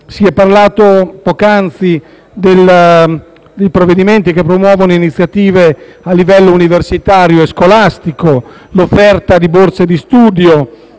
Si è parlato poc'anzi di provvedimenti che promuovono iniziative a livello universitario e scolastico, dell'offerta di borse di studio,